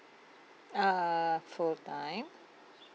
uh full time